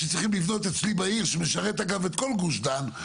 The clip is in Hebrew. שצריכים לבנות אצלי בעיר שמשרת אגב את כל גוש דן,